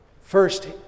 First